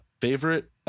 Favorite